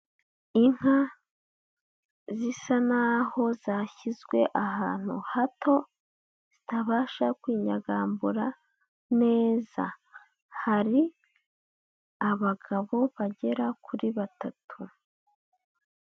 Inka zisa naho zashyizwe ahantu hato, zitabasha kwinyagambura neza. hari abagabo bagera kuri batatu.